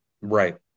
Right